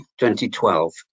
2012